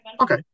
okay